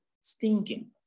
stinking